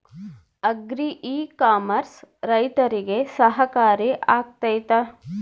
Agri e commerce ರೈತರಿಗೆ ಸಹಕಾರಿ ಆಗ್ತೈತಾ?